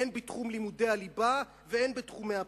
הן בתחום לימודי הליבה והן בתחומי הפיקוח.